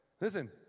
Listen